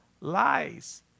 lies